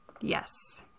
Yes